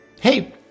Hey